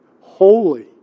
holy